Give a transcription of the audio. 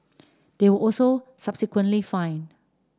they were also subsequently fined